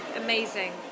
amazing